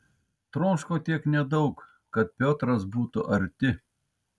troško tiek nedaug kad piotras būtų arti